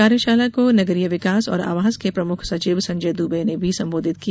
कार्यषाला को नगरीय विकास और आवास के प्रमुख सचिव संजय दुबे ने भी संबोधित किया